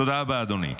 תודה רבה, אדוני.